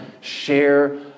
share